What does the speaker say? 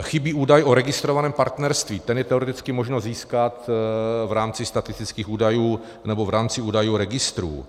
Chybí údaj o registrovaném partnerství, ten je teoreticky možno získat v rámci statistických údajů nebo v rámci údajů registrů.